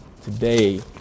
today